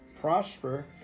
prosper